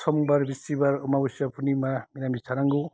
समबार बिस्तिबार अमाबैसा पुरिनिमा निरामिस थानांगौ